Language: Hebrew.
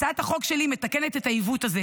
הצעת החוק שלי מתקנת את העיוות הזה.